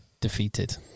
defeated